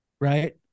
right